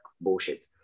bullshit